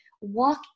walk